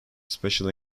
special